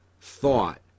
thought